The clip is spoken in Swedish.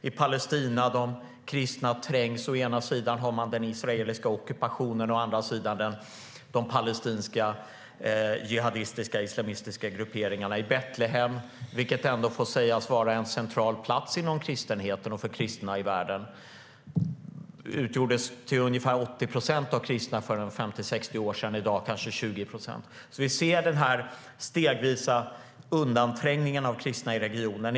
I Palestina trängs de kristna - å ena sidan har man den israeliska ockupationen, å andra sidan har man de palestinska jihadistiska islamistiska grupperingarna. I Betlehem, som ändå får sägas vara en central plats inom kristenheten och för kristna i världen, utgjorde kristna för 50-60 år sedan ungefär 80 procent av befolkningen. I dag utgör de kanske 20 procent. Vi ser den stegvisa undanträngningen av kristna i regionen.